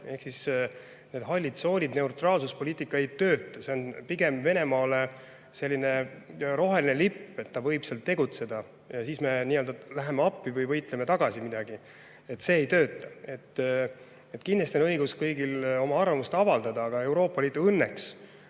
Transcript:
Ehk need hallid tsoonid ja neutraalsuspoliitika ei tööta. See on pigem Venemaale selline roheline lipp, et ta võib seal tegutseda ja siis me läheme appi või võitleme tagasi midagi. See ei tööta. Kindlasti on õigus kõigil oma arvamust avaldada, aga Euroopa Liit õnneks